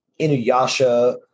Inuyasha